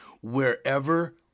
Wherever